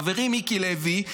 למשל חברי מיקי לוי,